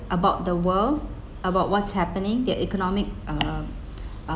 about the world about what's happening that economic uh uh